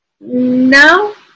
no